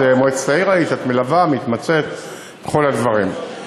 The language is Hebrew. שהיית במועצת העיר ואת מלווה ומתמצאת בכל הדברים.